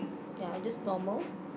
ya I just normal